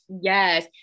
Yes